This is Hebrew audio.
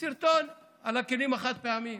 סרטון על הכלים החד-פעמיים.